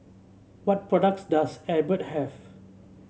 what products does Abbott have